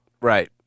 right